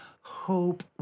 hope